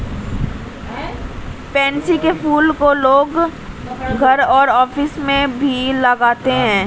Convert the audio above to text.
pansy के फूल को लोग घर और ऑफिस में भी लगाते है